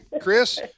Chris